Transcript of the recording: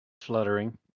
Fluttering